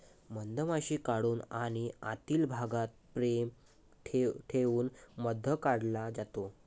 मधमाशी काढून आणि आतील भागात फ्रेम ठेवून मध काढला जातो